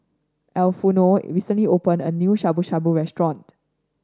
Arnulfo recently opened a new Shabu Shabu Restaurant